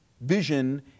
vision